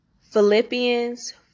Philippians